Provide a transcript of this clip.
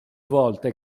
volte